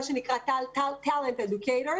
שנקרא Talent educators.